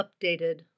updated